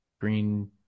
green